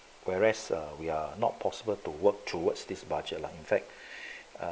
whereas uh we are not possible to work towards this budget lah in fact err~